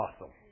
awesome